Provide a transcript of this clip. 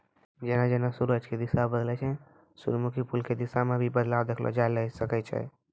जेना जेना सूरज के दिशा बदलै छै सूरजमुखी फूल के दिशा मॅ भी बदलाव देखलो जाय ल सकै छै